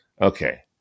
Okay